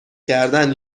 کردن